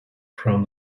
from